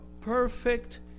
perfect